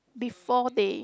before they